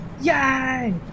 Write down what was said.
Yay